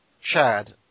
Chad